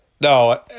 No